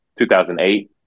2008